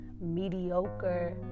mediocre